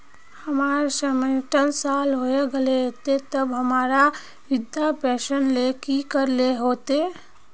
हमर सायट साल होय गले ते अब हमरा वृद्धा पेंशन ले की करे ले होते?